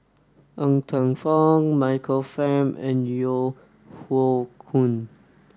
Ng Teng Fong Michael Fam and Yeo Hoe Koon